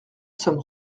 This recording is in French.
somme